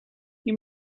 you